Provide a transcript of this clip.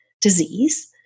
disease